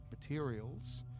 materials